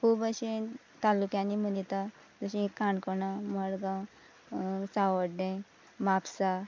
खूब अशे तालुक्यांनी मनयता जशें काणकोणा मडगांव सावड्डें म्हापसा